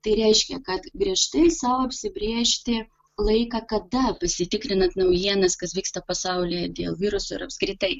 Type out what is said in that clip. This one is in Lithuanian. tai reiškia kad griežtai sau apsibrėžti laiką kada pasitikrinat naujienas kas vyksta pasaulyje dėl viruso ir apskritai